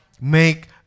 Make